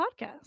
podcast